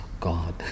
God